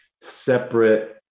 separate